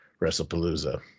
Wrestlepalooza